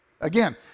Again